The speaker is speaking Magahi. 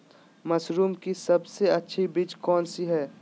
मशरूम की सबसे अच्छी बीज कौन सी है?